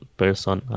person